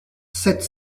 sept